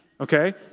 Okay